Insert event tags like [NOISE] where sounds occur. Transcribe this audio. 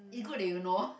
is good that you know [LAUGHS]